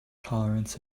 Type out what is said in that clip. tolerance